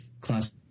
class